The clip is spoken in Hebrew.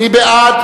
מי בעד?